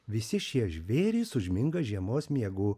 visi šie žvėrys užminga žiemos miegu